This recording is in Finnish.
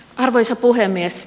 arvoisa puhemies